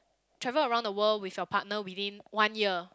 travel around the world with your partner within one year